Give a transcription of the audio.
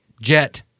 Jet